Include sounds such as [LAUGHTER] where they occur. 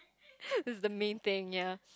[LAUGHS] is the main thing ya